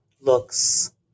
looks